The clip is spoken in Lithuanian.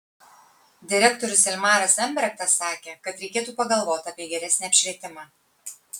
direktorius ilmaras embrektas sakė kad reikėtų pagalvoti apie geresnį apšvietimą